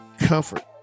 comfort